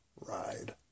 ride